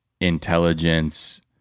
intelligence